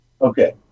Okay